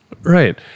Right